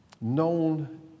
known